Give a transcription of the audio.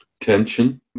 Tension